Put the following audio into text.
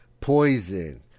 Poison